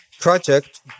project